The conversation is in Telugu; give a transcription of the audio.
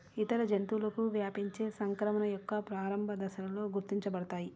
ఇతర జంతువులకు వ్యాపించే సంక్రమణ యొక్క ప్రారంభ దశలలో గుర్తించబడతాయి